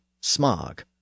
smog